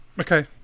Okay